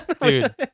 Dude